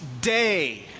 day